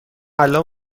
الان